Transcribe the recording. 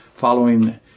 following